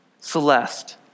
Celeste